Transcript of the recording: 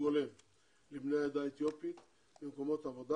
הולם לבני העדה האתיופית במקומות עבודה,